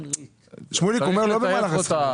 שמוליק, הוא אומר לא במהלך השכירות.